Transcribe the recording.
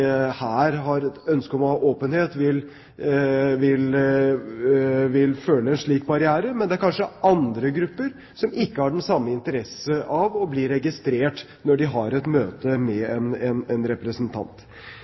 her har et ønske om åpenhet rundt, vil føle noen slik barriere, men det er kanskje andre grupper som ikke har den samme interesse av å bli registrert når de har et møte med